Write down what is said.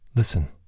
Listen